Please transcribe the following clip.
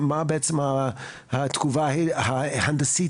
מה בעצם התגובה ההנדסית